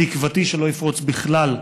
תקוותי שלא יפרוץ בכלל,